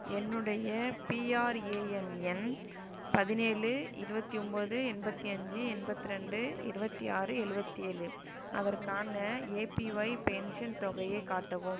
என்னுடைய பிஆர்ஏஎன் எண் பதினேழு இருபத்தி ஒம்போது எண்பத்தி அஞ்சு எண்பத்திரெண்டு இருபத்தி ஆறு எழுவத்தியேழு அதற்கான ஏபிஒய் பென்ஷன் தொகையைக் காட்டவும்